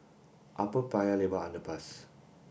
Upper Paya Lebar Underpass